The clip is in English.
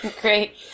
Great